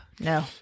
No